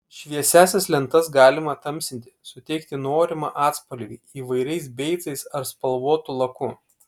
šviesiąsias lentas galima tamsinti suteikti norimą atspalvį įvairiais beicais ar spalvotu laku